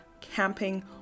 camping